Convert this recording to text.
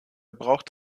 braucht